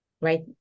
right